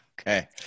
Okay